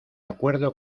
acuerdo